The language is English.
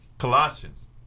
Colossians